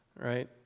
right